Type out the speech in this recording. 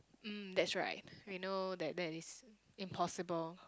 mm that's right we know that that is impossible